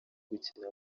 gukina